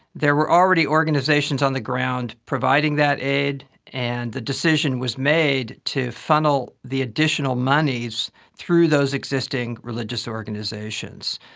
there were already organisations on the ground providing that aid, and the decision was made to funnel the additional monies through those existing religious organisations.